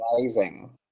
Rising